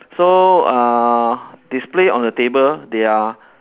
so uh display on the table they are